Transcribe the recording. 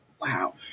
Wow